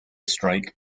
strike